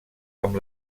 amb